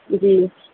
جی